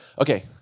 Okay